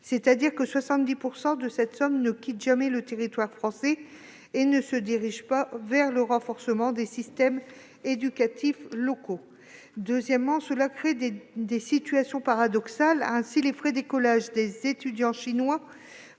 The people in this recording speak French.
signifie que 70 % de cette somme ne quitte jamais le territoire français et n'est pas dirigée vers le renforcement des systèmes éducatifs locaux. Deuxièmement, cela crée des situations paradoxales. Ainsi, les frais d'écolage des étudiants chinois